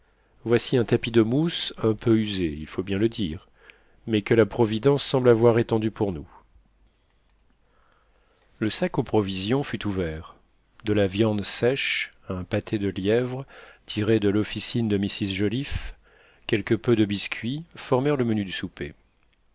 voici un tapis de mousse un peu usé il faut bien le dire mais que la providence semble avoir étendu pour nous le sac aux provisions fut ouvert de la viande sèche un pâté de lièvres tiré de l'officine de mrs joliffe quelque peu de biscuit formèrent le menu du souper